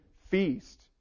feast